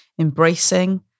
embracing